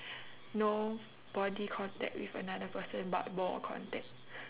no body contact with another person but ball contact